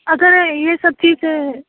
اگر یہ سب چیزیں